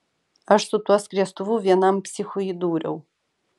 aš su tuo skriestuvu vienam psichui įdūriau